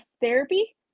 therapy